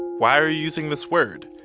why are you using this word?